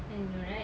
I know right